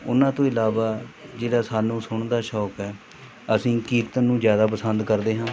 ਉਹਨਾਂ ਤੋਂ ਇਲਾਵਾ ਜਿਹੜਾ ਸਾਨੂੰ ਸੁਣਨ ਦਾ ਸ਼ੌਂਕ ਹੈ ਅਸੀਂ ਕੀਰਤਨ ਨੂੰ ਜ਼ਿਆਦਾ ਪਸੰਦ ਕਰਦੇ ਹਾਂ